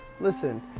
listen